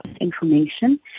information